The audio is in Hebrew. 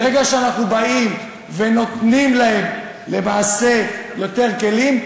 ברגע שאנחנו באים ונותנים להן למעשה יותר כלים,